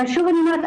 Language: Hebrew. אבל שוב אני אומרת,